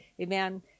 Amen